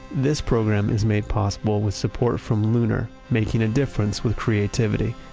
this program is made possible with support from lunar, making a difference with creativity.